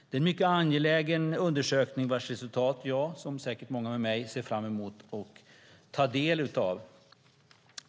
Det är en mycket angelägen undersökning, vars resultat jag, och säkert många med mig, ser fram emot att ta del av.